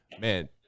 Man